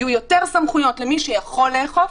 יהיו יותר סמכויות למי שיכול לאכוף,